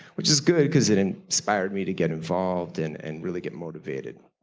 which is good because it and inspired me to get involved and and really get motivated.